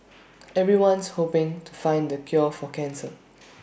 everyone's hoping to find the cure for cancer